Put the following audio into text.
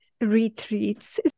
retreats